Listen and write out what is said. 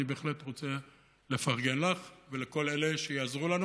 אני בהחלט רוצה לפרגן לך ולכל אלה שיעזרו לנו